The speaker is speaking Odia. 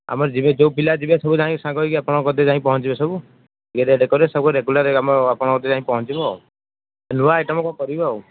ଆମର ଯିବେ ଯେଉଁ ପିଲା ଯିବେ ସବୁ ଯାଇ ସାଙ୍ଗ ହୋଇ ଆପଣଙ୍କ କତିରେ ଯାଇ ପହଞ୍ଚିବେ ସବୁ ରେଟ କଲେ ସବୁ ରେଗୁଲାର ଆମ ଆପଣଙ୍କ କତିରେ ପହଞ୍ଚିବ ନୂଆ ଆଇଟମ୍ କ'ଣ କରିବେ ଆଉ